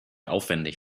aufwendig